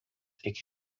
iki